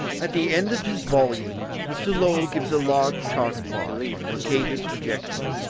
at the end of his volume mr. lowell gives a large chart of mars on mercator's projection,